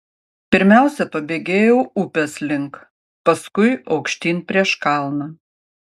pirmiausia pabėgėjau upės link paskui aukštyn prieš kalną